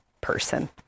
person